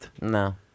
No